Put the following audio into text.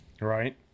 right